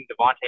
Devontae